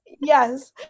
Yes